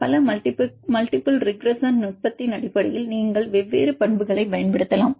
பல multiple regression நுட்பத்தின் அடிப்படையில் நீங்கள் வெவ்வேறு பண்புகளைப் பயன்படுத்தலாம்